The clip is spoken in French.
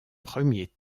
premier